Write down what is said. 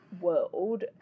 world